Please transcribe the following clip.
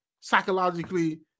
psychologically